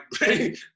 right